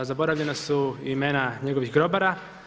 Zaboravljena su imena njegovih grobara.